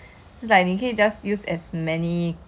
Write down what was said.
and like they portion properly and